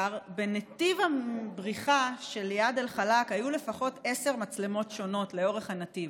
בנתיב הבריחה של איאד אלחלאק היו לפחות עשר מצלמות שונות לאורך הנתיב,